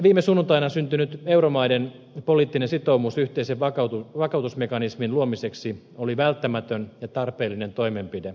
viime sunnuntaina syntynyt euromaiden poliittinen sitoumus yhteisen vakautusmekanismin luomiseksi oli välttämätön ja tarpeellinen toimenpide